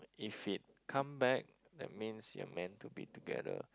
if it come back that means you're meant to be together